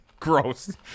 Gross